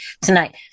tonight